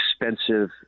expensive